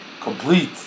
complete